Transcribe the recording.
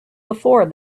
before